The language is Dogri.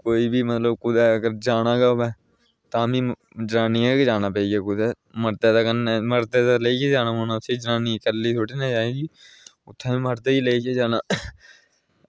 कोई बी मतलब अगर कुदै जाना होऐ ते जानियै गै जाना पेइया कुदै ते मर्दे गै लेइयै जाना पौना जनानी उत्थें बी मर्दे ई लेइयै जाना